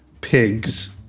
pigs